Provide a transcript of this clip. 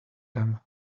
them